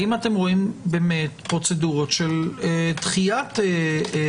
האם אתם רואים פרוצדורות של דחיית החיסון?